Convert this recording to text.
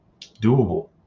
Doable